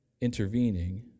intervening